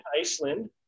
Iceland